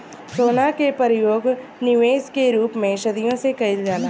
सोना के परयोग निबेश के रूप में सदियों से कईल जाला